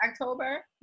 October